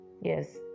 Yes